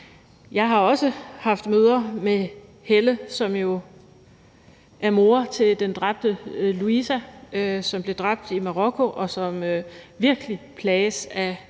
jeg har jo også haft møder med Helle, som er mor til den dræbte Louisa, som blev dræbt i Marokko, og som virkelig plages af